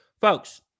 folks